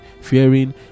fearing